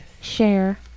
Share